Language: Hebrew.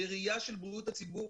בראייה של בריאות הציבור.